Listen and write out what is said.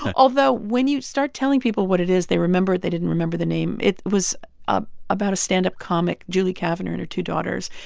although when you start telling people what it is, they remember it. they didn't remember the name. it was ah about a stand-up comic, julie kind of and and two daughters.